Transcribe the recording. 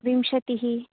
विंशतिः